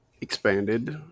expanded